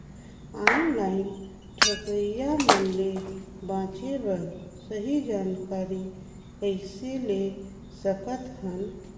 Online ठगईया मन ले बांचें बर सही जानकारी कइसे ले सकत हन?